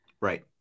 Right